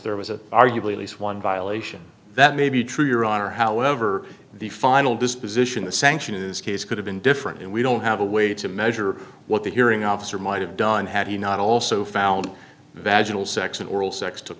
there was a arguably least one violation that may be true your honor however the final disposition the sanction in this case could have been different and we don't have a way to measure what the hearing officer might have done had he not also found vagal sex and oral sex took